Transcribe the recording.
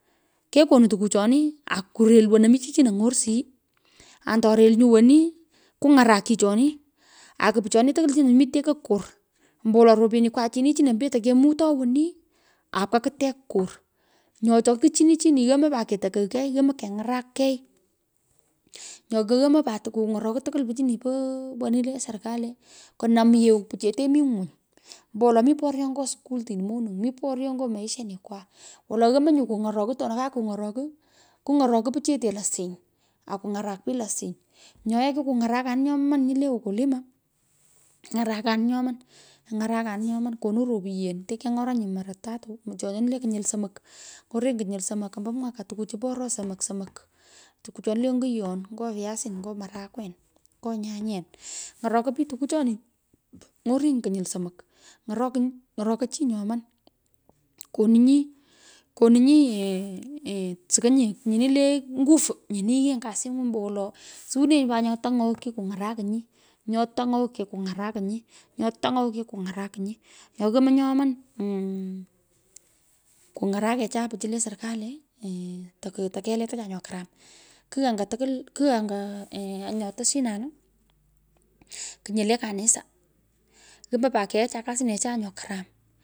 Kekonu tukuchoni akorel wono mi chichono ny’onshiyi, antorel nyu woni kungarak chichoni aku pichoni tukwul chino mi tekei kor, ombowolo ropyenikwa chini chino petei kemutoi woni, apka kutech kei. Nyo ato pichin, chini yomoi pat ketokogh kei, omoi keny’arak kei nyo koomoi pat kuny’orokoi tukwul pichin. po woni le serikal. Kunam yeu pichete mi nywiny, ombowolo mi poryo nyo skultin, mi poryo ny’o maishenikwa wolo yomoi nyu kong’orokur otona kakung’oroku kuny’roko pichete losiny akungarak pich losiny nyo yee, kikunyarakanin nyoman nyo le ukulima ny’arakanin nyoman, nyarukanin nyoman, kono ropiyen otini keny’oranyi mara tatu mucho nye kinyil nyini, le somok, ny’orenyi kinyil somok ombo mwaka. tukucho po oroo somok somok tukuchoni le ngiyon ngo piasin nyo marakwen, nyo nyanyen, ng'orokoi pich tokuchoni, ny’orenyi kinyil somok, ny’rokinnyi, ng'orokoi chi nyoman. Koninyi koninyi ee sukonyi nyini le nguvu nyini yienyi kosing’u ombowolo, suwinenyi put nyo tanyogh kikuny’rakinyi, nyo tangogh kikungara kinyi nyo tangogh kikung’arakinyi, nyo amoi nyoman kung’arakecha pichu le serikali, tokeletocha nyo karam kigh anga tukwu. kigh anga nyo tosyinan ku nyile kanisa, omoi pat keacha kasinecha nyo karam.